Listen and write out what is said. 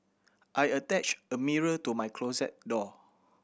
I attached a mirror to my closet door